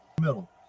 middle